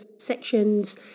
sections